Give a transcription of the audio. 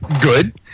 good